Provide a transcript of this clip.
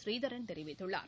ப்ரீதரன் தெரிவித்துள்ளார்